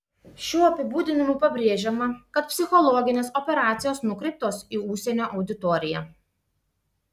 šiuo apibūdinimu pabrėžiama kad psichologinės operacijos nukreiptos į užsienio auditoriją